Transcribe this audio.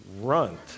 runt